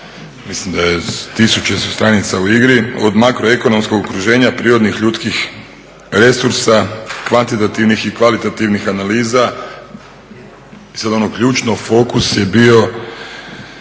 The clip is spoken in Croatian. mislim da su tisuće stranica u igri, od makroekonomskog okruženja, prirodnih ljudskih resursa, kvantitativnih i kvalitativnih analiza, i sad ono ključno fokus je bio